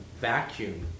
vacuum